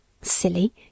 Silly